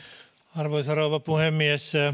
arvoisa rouva puhemies